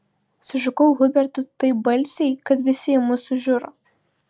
sušukau hubertui taip balsiai kad visi į mus sužiuro